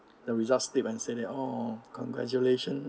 the result slip and say orh congratulation